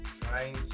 trying